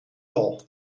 wal